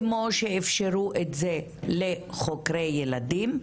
כמו שאפשרו את זה לחוקרי ילדים,